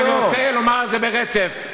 אני רוצה לומר את זה ברצף.